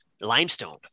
limestone